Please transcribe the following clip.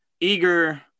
eager